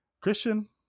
Christian